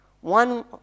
one